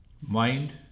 Mind